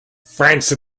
france